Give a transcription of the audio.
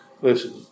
Listen